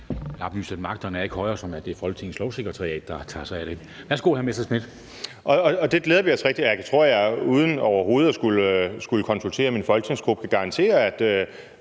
Jeg kan oplyse, at magterne ikke er højere, end at det er Folketingets Lovsekretariat, der tager sig af det. Værsgo, hr. Morten Messerschmidt. Kl. 11:03 Morten Messerschmidt (DF): Det glæder vi os til, og jeg tror, at jeg uden overhovedet at skulle konsultere min folketingsgruppe kan garantere, at